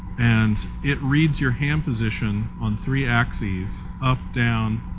and it reads your hand position on three axes, up, down,